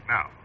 Now